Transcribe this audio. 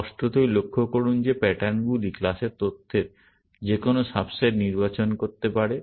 স্পষ্টতই লক্ষ্য করুন যে প্যাটার্ন গুলি ক্লাসের তথ্যের যেকোনো সাব সেট নির্বাচন করতে পারে